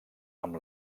amb